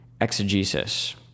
exegesis